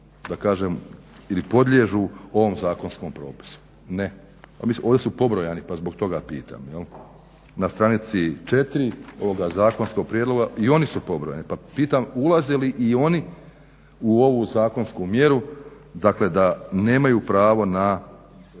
da kažem ili podliježu ovom zakonskom propisu. Ne? Mislim ovdje su pobrojani, pa zbog toga pitam. Na stranici četiri ovoga zakonskog prijedloga i oni su pobrojani, pa pitam ulaze li i oni u ovu zakonsku mjeru, dakle da nemaju pravo na